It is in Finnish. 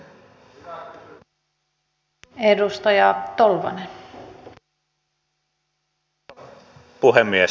arvoisa puhemies